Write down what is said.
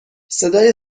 صدای